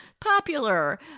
popular